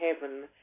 heaven